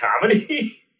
comedy